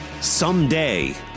Someday